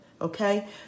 Okay